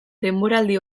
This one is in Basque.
denboraldi